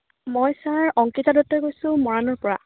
মই ছাৰ অংকিতা দত্তই কৈছোঁ মৰাণৰপৰা